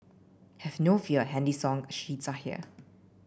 have no fear handy song sheets are here